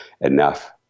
enough